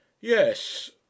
Yes